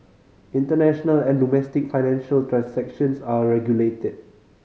international and domestic financial transactions are regulated